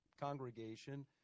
congregation